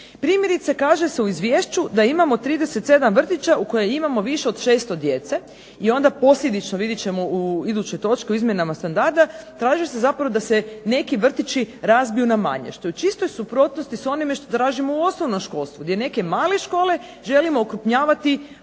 Primjerice kaže se u izvješću da imamo 37 vrtića u kojima imamo više od 600 djece i onda posljedično, vidjet ćemo u idućoj točki u izmjenama standarda, traže se zapravo da se neki vrtići razbiju na manje. Što je u čistoj suprotnosti s onime što tražimo u osnovnom školstvu gdje neke male škole želimo okrupnjavati